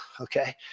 okay